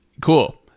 Cool